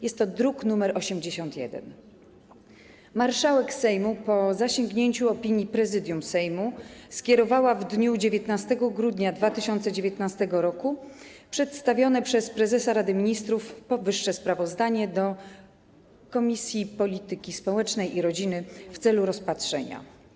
Jest to druk nr 81. Marszałek Sejmu, po zasięgnięciu opinii Prezydium Sejmu, skierowała w dniu 19 grudnia 2019 r. przedstawione przez prezesa Rady Ministrów powyższe sprawozdanie do Komisji Polityki Społecznej i Rodziny w celu rozpatrzenia.